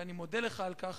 ואני מודה לך על כך,